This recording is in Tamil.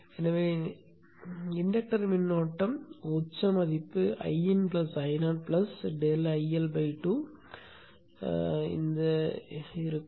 எனவே இன்டக்டர் மின்னோட்டம் உச்ச மதிப்பு Iin Io ∆IL2 உச்ச மின்னோட்ட மதிப்பாக இருக்கும்